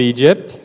Egypt